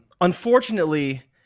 unfortunately